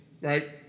right